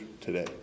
today